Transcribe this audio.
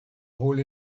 hole